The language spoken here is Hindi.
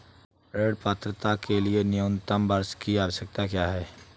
ऋण पात्रता के लिए न्यूनतम वर्ष की आवश्यकता क्या है?